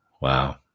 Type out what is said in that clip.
Wow